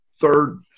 third